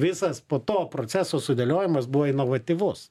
visas po to proceso sudėliojimas buvo inovatyvus